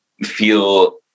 feel